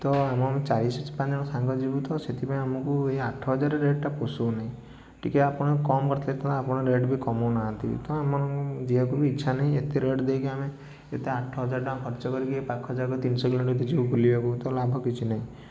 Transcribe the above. ତ ଆମେ ଚାରି ପାଞ୍ଚ ଜଣ ସାଙ୍ଗ ଯିବୁ ତ ସେଥିପାଇଁ ଆମକୁ ଏ ଆଠ ହଜାର ରେଟ୍ଟା ପୋଶଉନି ଟିକିଏ ଆପଣ କମ କରିଥିଲେ ହେଇଥାନ୍ତା ଆପଣ ରେଟ୍ ବି କମଉନାହାନ୍ତି ତ ଆମମାନଙ୍କୁ ଯିବାକୁ ବି ଇଚ୍ଛା ନାହିଁ ଏତେ ରେଟ୍ ଦେଇକି ଆମେ ଏତେ ଆଠ ହଜାର ଟଙ୍କା ଖର୍ଚ୍ଚ କରିକି ଏଇ ପାଖ ଜାଗାକୁ ତିନି ଶହ କିଲୋମିଟର ଯିବୁ ବୁଲିବାକୁ ତ ଲାଭ କିଛି ନାହିଁ